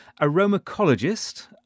aromacologist